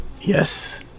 Yes